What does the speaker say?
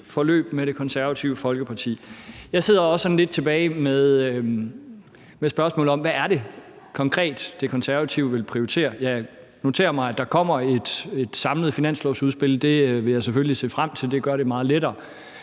forløb med Det Konservative Folkeparti. Jeg sidder også sådan lidt tilbage med et spørgsmål om, hvad det konkret er, De Konservative vil prioritere. Jeg noterer mig, at der kommer et samlet finanslovsudspil, og det vil jeg selvfølgelig se frem til, og det gør det meget lettere.